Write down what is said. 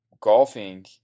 golfing